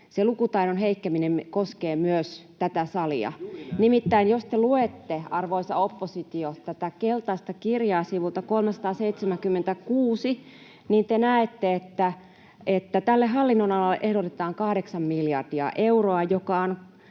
lukutaidon heikkeneminen koskee myös tätä salia. Nimittäin jos te luette, arvoisa oppositio, tätä keltaista kirjaa sivulta 376, [Juha Viitala: Me luetaan Orpon lausuntoja!] niin te näette, että tälle hallinnonalalle ehdotetaan 8 miljardia euroa, joka on